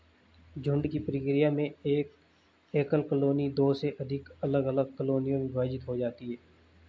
झुंड की प्रक्रिया में एक एकल कॉलोनी दो से अधिक अलग अलग कॉलोनियों में विभाजित हो जाती है